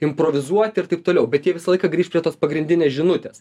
improvizuot ir taip toliau bet jie visą laiką grįš prie tos pagrindinės žinutės